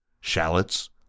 shallots